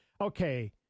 Okay